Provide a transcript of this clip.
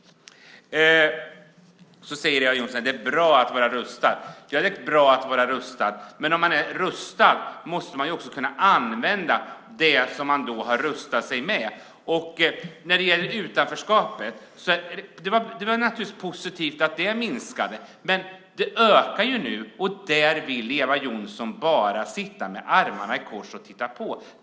Eva Johnsson säger att det är bra att vara rustad. Ja, det är bra att vara rustad, men om man är rustad måste man ju också kunna använda det som man har rustat sig med. Det är naturligtvis positivt att utanförskapet minskade, men det ökar ju nu, och då vill Eva Johnsson bara sitta med armarna i kors och titta på.